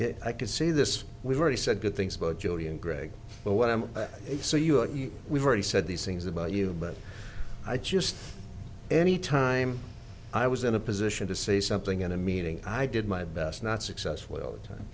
stuff i can say this we've already said good things about jodi and greg but what i'm so you're we've already said these things about you but i just any time i was in a position to say something in a meeting i did my best not successfully all the time